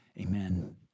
Amen